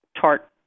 tart